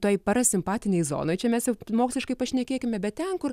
tai parasimpatinėj zonoj čia mes ir moksliškai pašnekėkime bet ten kur